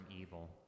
evil